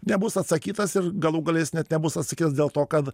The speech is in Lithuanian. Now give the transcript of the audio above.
nebus atsakytas ir galų gale jis net nebus atsakytas dėl to kad